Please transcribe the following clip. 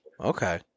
Okay